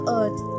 earth